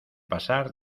pasar